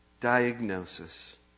diagnosis